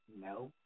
No